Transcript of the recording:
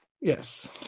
Yes